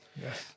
Yes